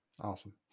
Awesome